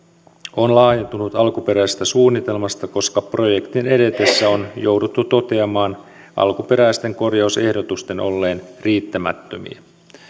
on laajentunut alkuperäisestä suunnitelmasta koska projektin edetessä on jouduttu toteamaan alkuperäisten korjausehdotusten olleen riittämättömiä